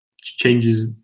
changes